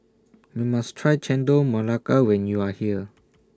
YOU must Try Chendol Melaka when YOU Are here